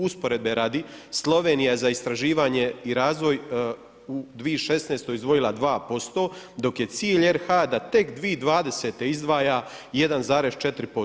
Usporedbe radi, Slovenija za istraživanje i razvoj u 2016. izdvojila 2% dok je cilj RH da tek 2020. izdvaja 1,4%